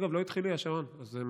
אגב, לא התחיל לי השעון, אז ממש,